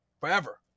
forever